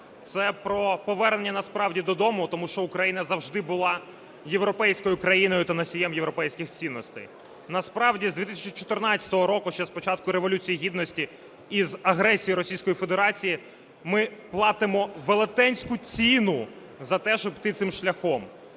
це про повернення насправді додому, тому що Україна завжди була європейською країною та носієм європейських цінностей. Насправді, з 2014 року, ще з початку Революції Гідності, із агресії Російської Федерації ми платимо велетенську ціну за те, щоб йти цим шляхом.